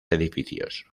edificios